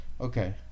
Okay